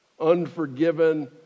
unforgiven